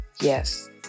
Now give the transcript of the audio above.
Yes